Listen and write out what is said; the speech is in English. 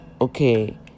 okay